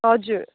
हजुर